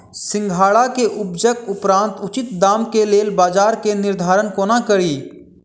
सिंघाड़ा केँ उपजक उपरांत उचित दाम केँ लेल बजार केँ निर्धारण कोना कड़ी?